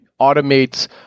automates